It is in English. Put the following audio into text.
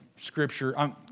Scripture